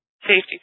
Safety